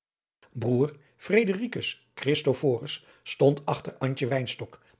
wijnstok